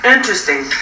Interesting